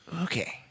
okay